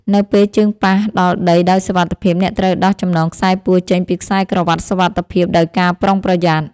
នៅពេលជើងប៉ះដល់ដីដោយសុវត្ថិភាព អ្នកត្រូវដោះចំណងខ្សែពួរចេញពីខ្សែក្រវាត់សុវត្ថិភាពដោយការប្រុងប្រយ័ត្ន។